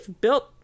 built